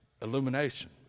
illumination